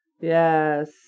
Yes